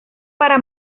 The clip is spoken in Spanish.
para